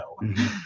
no